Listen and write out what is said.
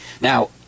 Now